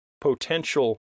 potential